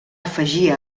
afegir